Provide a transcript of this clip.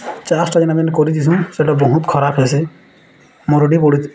ଚାଷ୍ଟା ଯେନ୍ ଆମେ କରିଦେସୁଁ ସେଟା ବହୁତ ଖରାପ ହେସି ମରୁଡ଼ି ପଡ଼ି